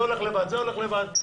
זה הולך לבד,